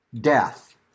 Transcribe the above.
death